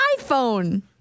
iPhone